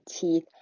teeth